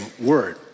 word